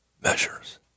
measures